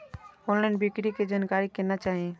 Online बिक्री के जानकारी केना चाही?